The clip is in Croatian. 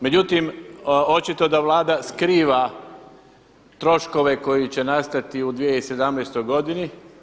Međutim, očito da Vlada skriva troškove koji će nastati u 2017. godini.